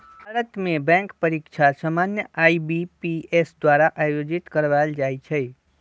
भारत में बैंक परीकछा सामान्य आई.बी.पी.एस द्वारा आयोजित करवायल जाइ छइ